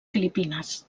filipines